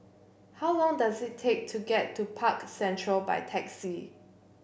how long does it take to get to Park Central by taxi